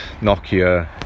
Nokia